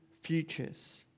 futures